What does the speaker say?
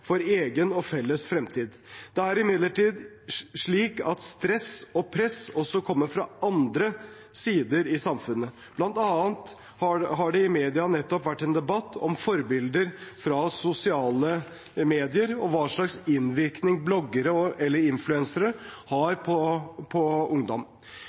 for egen og felles fremtid. Det er imidlertid slik at stress og press også kommer fra andre sider av samfunnet. Blant annet har det i media nettopp vært en debatt om forbilder fra sosiale medier og hva slags innvirkning bloggere eller influensere har på ungdom.